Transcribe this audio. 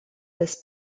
this